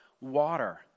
water